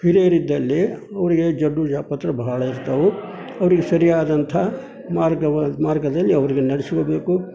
ಹಿರಿಯರಿದ್ದಲ್ಲಿ ಅವರಿಗೆ ಜಡ್ಡು ಜಾಪತ್ರ ಬಹಳ ಇರ್ತಾವೆ ಅವ್ರಿಗೆ ಸರಿಯಾದಂಥ ಮಾರ್ಗ ವ ಮಾರ್ಗದಲ್ಲಿ ಅವರಿಗೆ ನಡೆಸ್ಕೊಬೇಕು